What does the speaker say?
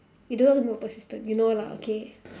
you don't know what's the meaning of persistent you know lah okay